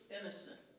innocent